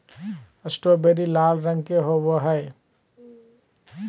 strawberry लाल रंग के होव हई